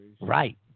Right